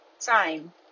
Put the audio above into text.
time